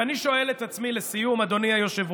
ואני שואל את עצמי לסיום, אדוני היושב-ראש,